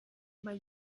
mal